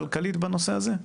הכלכלית בנושא הזה?